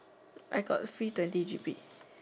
I got free twenty G_B